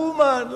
אומן.